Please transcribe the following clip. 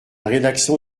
rédaction